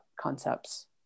concepts